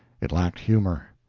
it lacked humor.